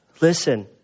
listen